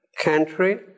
country